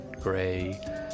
gray